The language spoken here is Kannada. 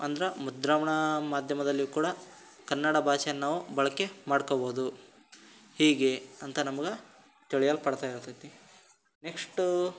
ಅಂದ್ರೆ ಮುದ್ರಣ ಮಾಧ್ಯಮದಲ್ಲಿಯೂ ಕೂಡ ಕನ್ನಡ ಭಾಷೆಯನ್ ನಾವು ಬಳಕೆ ಮಾಡ್ಕೊಬೋದು ಹೀಗೆ ಅಂತ ನಮ್ಗೆ ತಿಳಿಯಲು ಪಡ್ತಾ ಇರ್ತದೆ ನೆಕ್ಷ್ಟೂ